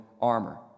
armor